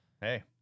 Hey